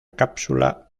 cápsula